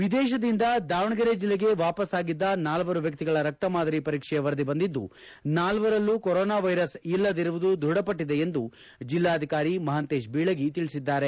ವಿದೇಶದಿಂದ ದಾವಣಗೆರೆ ಜಿಲ್ಲೆಗೆ ವಾಪಸ್ಗಾಗಿದ್ದ ನಾಲ್ವರು ವ್ಯಕ್ತಿಗಳ ರಕ್ತ ಮಾದರಿ ಪರೀಕ್ಷೆಯ ವರದಿ ಬಂದಿದ್ದು ನಾಲ್ವರಲ್ಲೂ ಕೊರೋನಾ ವೈರಸ್ ಇಲ್ಲದಿರುವುದು ದೃಢಪಟ್ಟಿದೆ ಎಂದು ಜಿಲ್ಲಾಧಿಕಾರಿ ಮಹಾಂತೇಶ ಬೀಳಗಿ ತಿಳಿಸಿದ್ದಾರೆ